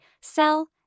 sell